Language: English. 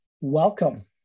Welcome